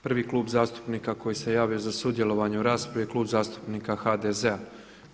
Prvi klub zastupnika koji se javio za sudjelovanje u raspravi je klub zastupnika HDZ-a.